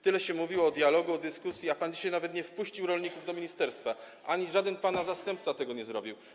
Tyle się mówiło o dialogu, o dyskusji, a pan dzisiaj nawet nie wpuścił rolników do ministerstwa, żaden pana zastępca też tego nie zrobił.